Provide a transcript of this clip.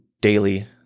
daily